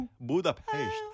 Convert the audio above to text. Budapest